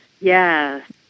Yes